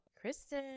Kristen